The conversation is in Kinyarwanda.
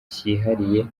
cyihariye